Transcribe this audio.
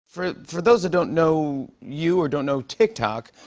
for for those that don't know you or don't know tiktok,